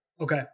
Okay